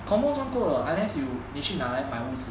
confirm 赚够了 unless you 你去拿来买屋子